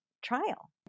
trial